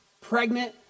pregnant